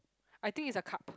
I think it's a cup